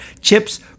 chips